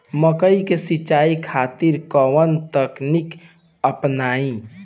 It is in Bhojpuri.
मकई के सिंचाई खातिर कवन तकनीक अपनाई?